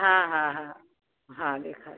हा हा हा हा ॾेखारियो